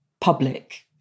public